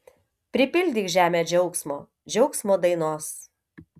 pripildyk žemę džiaugsmo džiaugsmo dainos